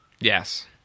Yes